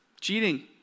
cheating